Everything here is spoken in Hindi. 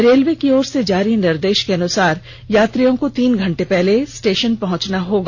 रेलवे की ओर से जारी निर्देश के अनुसार यात्रियों को तीन घंटे पहले स्टेशन पहुंचना होगा